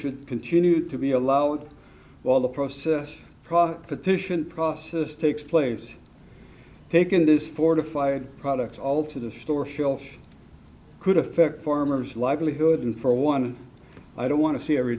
should continue to be allowed while the process product petition process takes place taken this fortified products all to the store shelf could affect farmers livelihood and for one i don't want to see